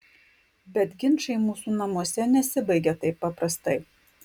bet ginčai mūsų namuose nesibaigia taip paprastai